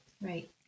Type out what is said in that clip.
Right